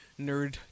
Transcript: nerd